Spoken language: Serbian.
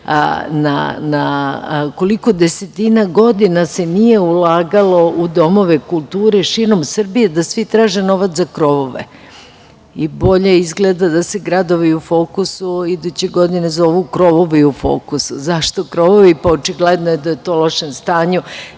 koliko desetina godina se nije ulagalo u domove kulture širom Srbije? Svi traže novac za krovove. Bolje je, izgleda, da se „Gradovi u fokusu“ iduće godine zovu „krovovi u fokusu“. Zašto krovovi? Pa, očigledno je da je to u lošem stanju,